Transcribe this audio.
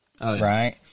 right